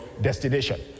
destination